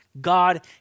God